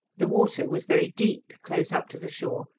the water was very deep close up to the shore,